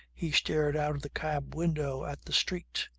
he stared out of the cab window at the street.